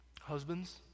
Husbands